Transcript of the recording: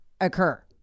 occur